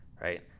right